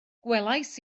gwelais